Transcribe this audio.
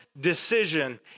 decision